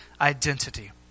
identity